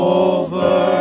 over